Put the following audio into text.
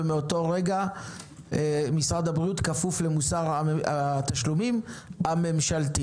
ומאותו רגע משרד הבריאות כפוף למוסר התשלומים הממשלתי.